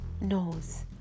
knows